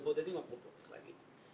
זה בודדים, אפרופו, צריך להגיד.